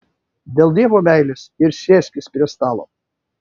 dėl dievo meilės ir sėskis prie stalo